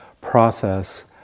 process